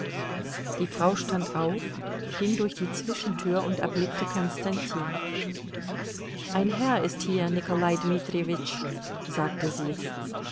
die frau stand auf ging durch die zwischentür und erblickte konstantin ein herr ist hier nikolai dmitrijewitsch sagte sie